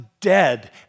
dead